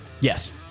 Yes